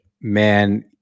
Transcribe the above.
Man